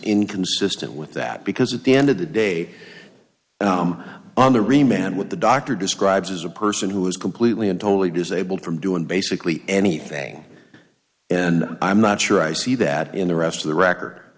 inconsistent with that because at the end of the day on the remaining with the doctor describes as a person who is completely and totally disabled from doing basically anything and i'm not sure i see that in the rest of the record